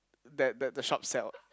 that that the shop sell